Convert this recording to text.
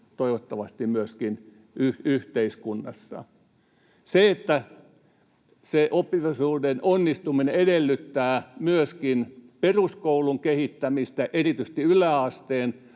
toivottavasti myöskin yhteiskunnassa. Oppivelvollisuuden onnistuminen edellyttää myöskin peruskoulun kehittämistä, erityisesti yläasteen